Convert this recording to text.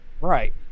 right